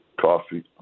coffee